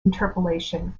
interpolation